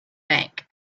bank